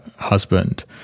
husband